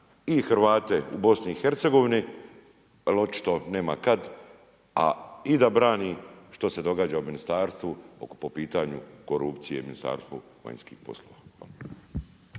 i Hrvate u BiH-a jer očito nema kad a i da brani što se događa u Ministarstvu po pitanju korupcije u Ministarstvu vanjskih poslova.